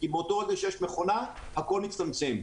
כי באותו רגע שיש מכונה הכול מצטמצם.